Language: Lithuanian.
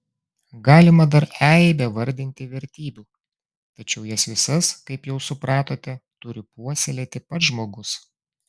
galima dar eibę vardinti vertybių tačiau jas visas kaip jau supratote turi puoselėti pats žmogus